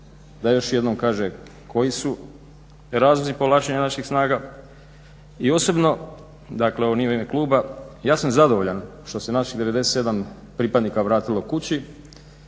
Da još jednom kaže koji su razlozi povlačenja naših snaga, i osobno, dakle ovo nije u ime kluba, ja sam zadovoljan što se naših 97 pripadnika vratilo kući